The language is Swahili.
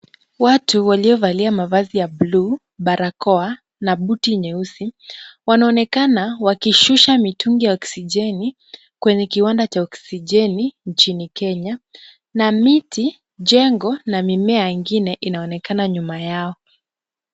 Watu waliovalia mavazi ya bluu, barakoa na buti nyeusi wanaonekana wakishusha mitungi ya oksijeni kwenye kiwanda cha oksijeni nchini Kenya na miti, jengo na mimea ingine inaonekana nyuma yao.